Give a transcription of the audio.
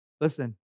Listen